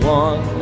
one